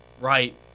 Right